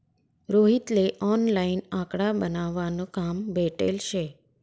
रोहित ले ऑनलाईन आकडा बनावा न काम भेटेल शे